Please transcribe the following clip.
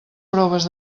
proves